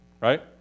right